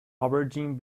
aubergine